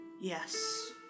Yes